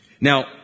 Now